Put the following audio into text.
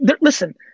listen